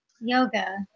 Yoga